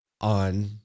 on